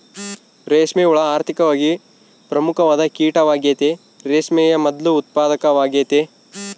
ರೇಷ್ಮೆ ಹುಳ ಆರ್ಥಿಕವಾಗಿ ಪ್ರಮುಖವಾದ ಕೀಟವಾಗೆತೆ, ರೇಷ್ಮೆಯ ಮೊದ್ಲು ಉತ್ಪಾದಕವಾಗೆತೆ